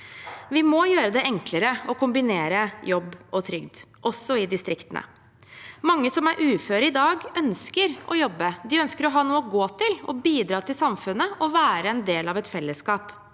Vi må gjøre det enklere å kombinere jobb og trygd også i distriktene. Mange som er uføre i dag, ønsker å jobbe. De ønsker å ha noe å gå til, bidra til samfunnet og være en del av et fellesskap.